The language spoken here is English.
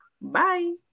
Bye